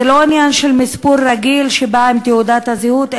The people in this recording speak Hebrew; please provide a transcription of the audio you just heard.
זה לא עניין של מספור רגיל שבא עם תעודת הזהות,